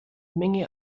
menge